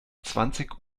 zwanzig